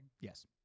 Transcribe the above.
yes